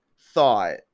thought